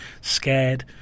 scared